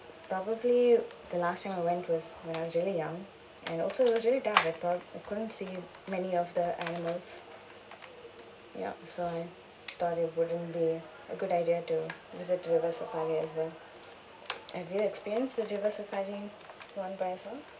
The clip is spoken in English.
probably the last time I went was when I was really young and also it was really dark that park I couldn't see many of the animals yup so I thought it wouldn't be a good idea to visit river safari as well have you experienced the river safari [one] by yourself